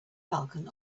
falcon